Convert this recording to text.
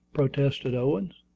protested owen.